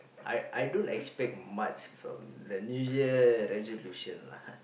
I I don't expect much from the New Year resolution lah